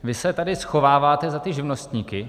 Vy se tady schováváte za ty živnostníky.